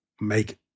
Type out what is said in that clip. make